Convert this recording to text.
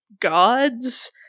gods